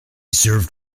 served